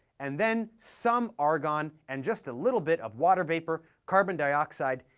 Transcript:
and then some argon, and just a little bit of water vapor, carbon dioxide,